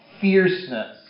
fierceness